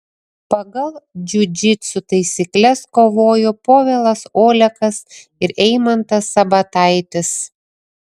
pagal džiudžitsu taisykles kovojo povilas olekas ir eimantas sabataitis